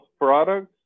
products